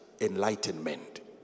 enlightenment